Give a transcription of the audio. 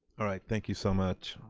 all right thank you so much.